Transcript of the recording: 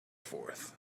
forth